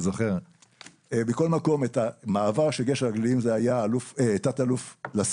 את המעבר של גשר הגלילים זה היה תא"ל לסקוב,